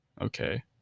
okay